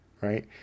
right